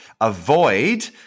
Avoid